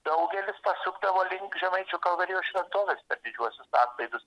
daugelis pasukdavo link žemaičių kalvarijos šventovės per didžiuosius atlaidus